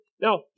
Now